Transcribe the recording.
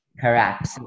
correct